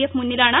F മുന്നിലാണ്